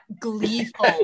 gleeful